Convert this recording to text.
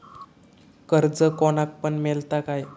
कर्ज कोणाक पण मेलता काय?